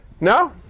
no